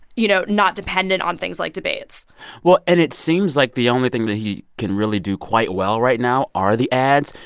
you know, not dependent on things like debates well and it seems like the only thing that he can really do quite well right now are the ads.